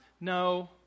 No